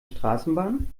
straßenbahn